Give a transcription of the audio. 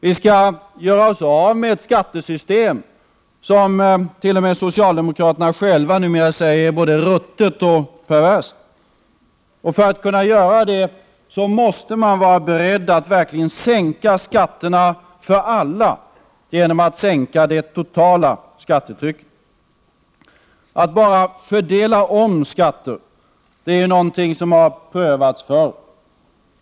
Vi måste göra oss av med det skattesystem som t.o.m. socialdemokraterna själva säger är ”ruttet” och ”perverst”. Men för att kunna göra det måste man vara beredd att verkligen sänka skatterna för alla genom att sänka det totala skattetrycket. Att bara fördela om skatter har prövats förr.